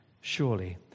Surely